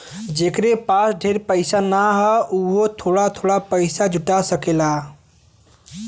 जेकरे पास ढेर पइसा ना हौ वोहू थोड़ा थोड़ा पइसा जुटा सकेला